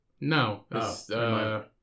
No